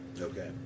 Okay